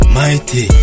mighty